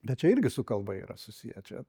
bet čia irgi su kalba yra susiję čia